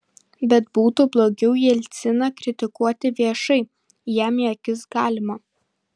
bet būtų blogiau jelciną kritikuoti viešai jam į akis galima